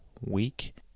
week